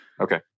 Okay